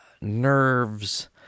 nerves